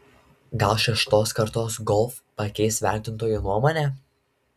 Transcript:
gal šeštos kartos golf pakeis vertintojų nuomonę